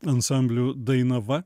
ansambliu dainava